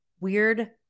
weird